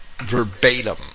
verbatim